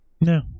No